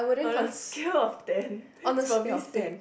on a scale of ten is probably six